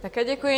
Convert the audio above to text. Také děkuji.